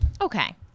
Okay